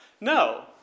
No